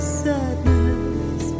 sadness